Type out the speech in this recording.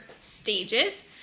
stages